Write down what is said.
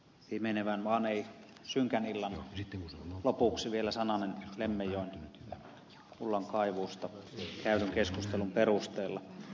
pimenevän vaan ei synkän illan lopuksi vielä sananen lemmenjoen kullankaivusta käydyn keskustelun perusteella